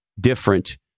different